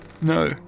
No